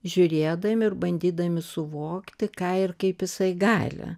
žiūrėdami ir bandydami suvokti ką ir kaip jisai gali